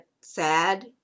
sad